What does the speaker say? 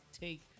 take